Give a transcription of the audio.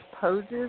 poses